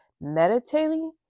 Meditating